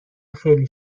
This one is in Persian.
خیلی